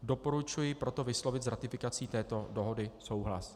Doporučuji proto vyslovit s ratifikací této dohody souhlas.